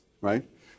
right